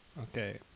Okay